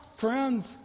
friends